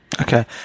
Okay